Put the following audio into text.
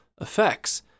effects